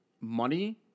money